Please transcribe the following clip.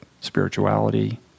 spirituality